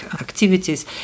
activities